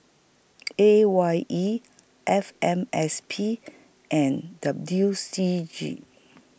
A Y E F M S P and W C G